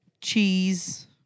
cheese